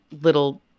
little